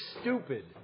stupid